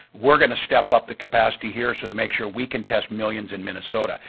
we're going to step up the capacity here so to make sure we can test millions in minnesota.